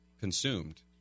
consumed